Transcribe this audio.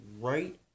right